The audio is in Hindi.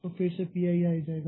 तो फिर से Pi आ जाएगा